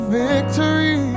victory